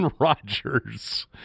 Rodgers